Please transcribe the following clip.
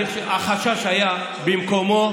החשש היה במקומו,